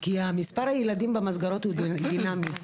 כי מספר הילדים במסגרות הוא דינמי,